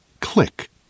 click